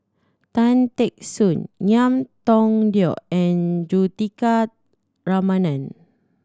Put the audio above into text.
Tan Teck Soon Ngiam Tong Dow and Juthika Ramanathan